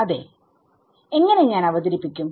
അതേ എങ്ങനെ ഞാൻ അവതരിപ്പിക്കും